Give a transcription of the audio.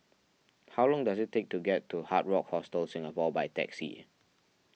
how long does it take to get to Hard Rock Hostel Singapore by taxi